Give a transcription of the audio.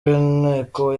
w’inteko